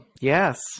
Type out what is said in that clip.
yes